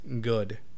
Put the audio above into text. good